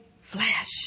flesh